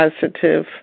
positive